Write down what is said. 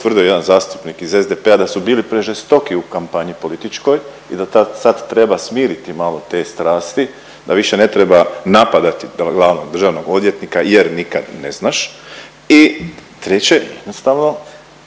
utvrdio jedan zastupnik iz SDP-a, da su bili prežestoki u kampanji političkoj i da sad treba smiriti malo te strasti, da više ne treba napadati glavnog državnog odvjetnika jer nikad ne znaš i treće, jednostavno